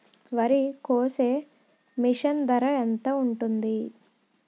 వరి కోసే మిషన్ ధర ఎంత ఉంటుంది?